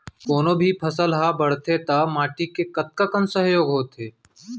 कोनो भी फसल हा बड़थे ता माटी के कतका कन सहयोग होथे?